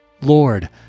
Lord